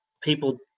people